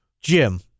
Jim